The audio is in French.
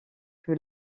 que